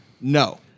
No